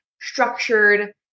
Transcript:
structured